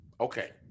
Okay